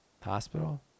Hospital